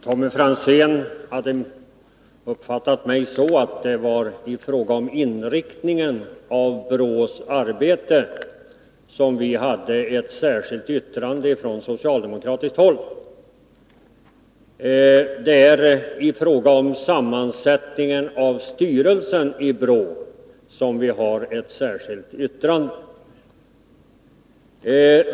Herr talman! Tommy Franzén hade uppfattat mitt anförande så, att det är i fråga om inriktningen av BRÅ:s arbete som vi från socialdemokratiskt håll har avgett ett särskilt yttrande. Nej, yttrandet gäller sammansättningen av styrelsen i BRÅ.